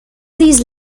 these